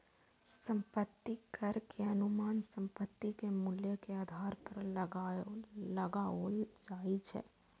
संपत्ति कर के अनुमान संपत्ति के मूल्य के आधार पर लगाओल जाइ छै